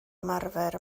ymarfer